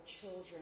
children